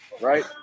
right